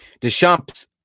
Deschamps